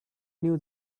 new